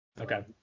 Okay